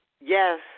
Yes